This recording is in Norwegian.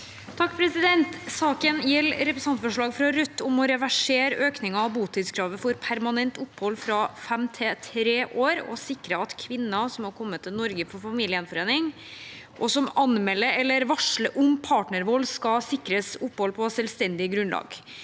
sa- ken): Saken gjelder representantforslag fra Rødt om å reversere økningen av botidskravet for permanent opphold fra fem til tre år og å sikre at kvinner som har kommet til Norge på familiegjenforening, og som anmelder eller varsler om partnervold, skal sikres opphold på selvstendig grunnlag.